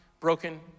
broken